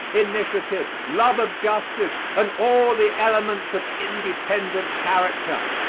initiative, love of justice and all the elements of independent character.